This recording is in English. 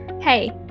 Hey